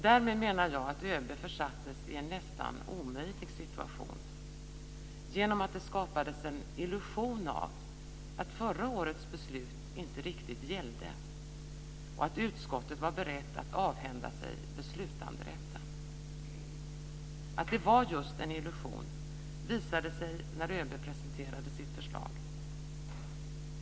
Därmed menar jag att ÖB försattes i en nästan omöjlig situation genom att det skapades en illusion av att förra årets beslut inte riktigt gällde och att utskottet var berett att avhända sig beslutanderätten. Att det var just en illusion visade sig när ÖB presenterade sitt förslag.